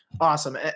Awesome